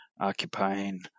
occupying